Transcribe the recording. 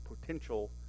potential